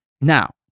Now